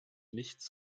nichts